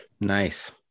nice